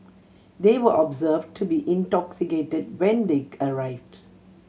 they were observed to be intoxicated when they arrived